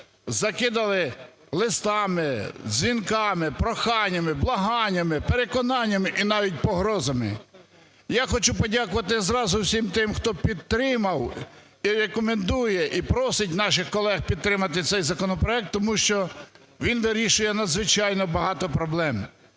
закидали листами, дзвінками, проханнями, благаннями, переконаннями і навіть погрозами. Я хочу подякувати зразу всім тим, хто підтримав і рекомендує, і просить наших колег підтримати цей законопроект, тому що він вирішує надзвичайно багато проблем.